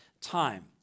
time